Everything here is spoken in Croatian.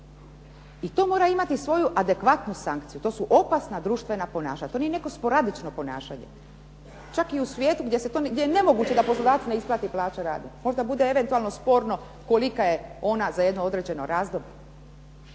I to mora imati svoju adekvatnu sankciju. To su opasna društvena ponašanja. To nije neko sporadično ponašanje, čak i u svijetu gdje je nemoguće da poslodavac ne isplati plaće radniku. Možda bude eventualno sporno kolika je ona za jedno određeno razdoblje.